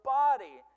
body